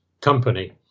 company